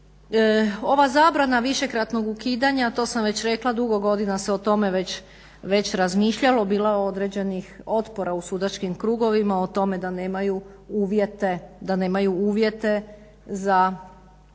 Ova zabrana višekratnog ukidanja, to sam već rekla, dugo godina se o tome već razmišljalo, bilo određenih otpora u sudačkim krugovima o tome da nemaju uvjete za provođenje